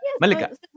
Malika